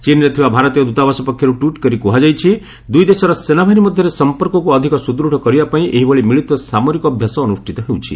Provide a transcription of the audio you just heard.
ଚୀନ୍ରେ ଥିବା ଭାରତୀୟ ଦୂତାବାସ ପକ୍ଷରୁ ଟ୍ୱିଟ୍ କରି କୁହାଯାଇଛି ଦୁଇ ଦେଶର ସେନାବାହିନୀ ମଧ୍ୟରେ ସମ୍ପର୍କକୁ ଅଧିକ ସୁଦୃତ୍ କରିବା ପାଇଁ ଏହିଭଳି ମିଳିତ ସାମରିକ ଅଭ୍ୟାସ ଅନୁଷ୍ଠିତ ହେଉଛି